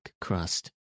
crust